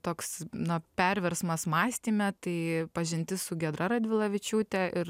toks na perversmas mąstyme tai pažintis su giedra radvilavičiūte ir